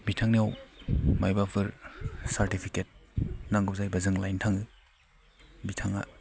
बिथांनियाव मायबाफोर सारटिफिकेट नांगौ जायोब्ला जों लायनो थाङो बिथाङा